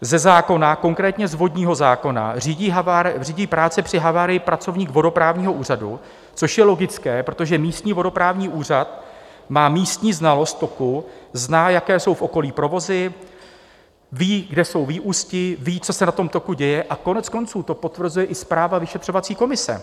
Ze zákona, konkrétně z vodního zákona, řídí práci při havárii pracovník vodoprávního úřadu, což je logické, protože místní vodoprávní úřad má místní znalost toku, zná, jaké jsou v okolí provozy, ví, kde jsou vyústi, ví, co se na tom toku děje, a koneckonců to potvrzuje i zpráva vyšetřovací komise.